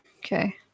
okay